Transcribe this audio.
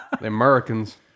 Americans